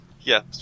yes